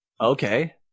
Okay